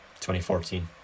2014